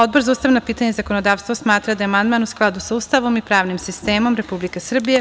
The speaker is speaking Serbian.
Odbor za ustavna pitanja i zakonodavstvo smatra da je amandman u skladu sa Ustavom i pravnim sistemom Republike Srbije.